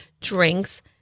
drinks